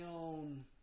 own